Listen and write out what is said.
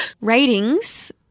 ratings –